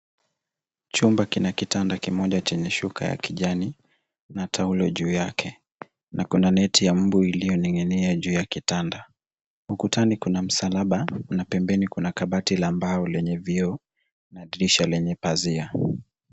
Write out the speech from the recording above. Chumba kina kitanda kimoja chenye shuka ya kijani na taulo juu yake, na kuna neti ya mbu iliyoning'inia juu ya kitanda. Ukutani kuna msalaba na pembeni kuna kabati la mbao lenye vioo, na dirisha lenye pazia.